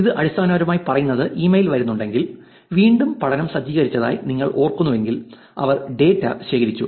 ഇത് അടിസ്ഥാനപരമായി പറയുന്നത് ഇമെയിൽ വരുന്നുണ്ടെങ്കിൽ വീണ്ടും പഠനം സജ്ജീകരിച്ചതായി നിങ്ങൾ ഓർക്കുന്നുവെങ്കിൽ അവർ ഡാറ്റ ശേഖരിച്ചു